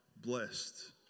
blessed